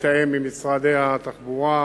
לתאם עם משרד התחבורה,